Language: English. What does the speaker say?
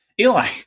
Eli